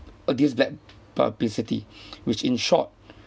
against blad~ publicity which in short